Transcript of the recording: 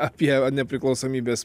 apie nepriklausomybės